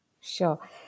Sure